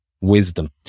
wisdom